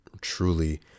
truly